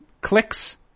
clicks